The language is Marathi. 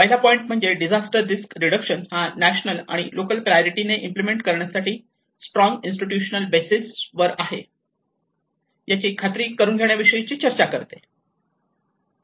पहिला पॉईंट म्हणजे डिझास्टर रिस्क रिडक्शन हा नॅशनल आणि लोकल प्रायोरिटी ने इम्प्लिमेंट करण्यासाठी स्ट्रॉंग इन्स्टिट्यूशन बेसिस वर आहे याचे खात्री करून घेण्याविषयी चर्चा करते